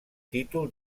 títol